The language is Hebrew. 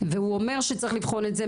והוא אומר שצריך לבחון את זה.